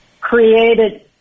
created